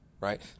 right